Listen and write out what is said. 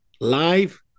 live